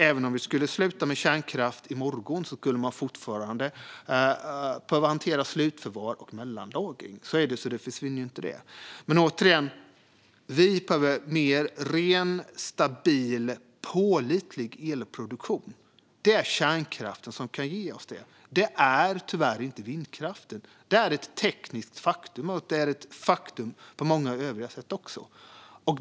Även om vi skulle sluta med kärnkraft i morgon skulle man fortfarande behöva hantera slutförvar och mellanlagring. Det försvinner inte. Återigen: Vi behöver mer ren, stabil och pålitlig elproduktion. Det är kärnkraften som kan ge oss det. Det är tyvärr inte vindkraften. Det är ett tekniskt faktum, och det är ett faktum på många övriga sätt också.